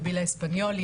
נבילה אספניולי,